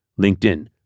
LinkedIn